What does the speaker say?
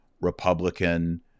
Republican